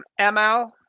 ML